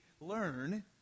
learn